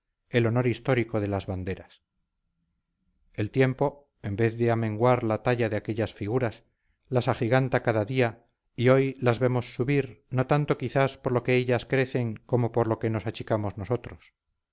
el honor histórico de las banderas el tiempo en vez de amenguar la talla de aquellas figuras las agiganta cada día y hoy las vemos subir no tanto quizás por lo que ellas crecen como por lo que nos achicamos nosotros